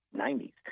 90s